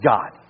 God